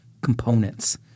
components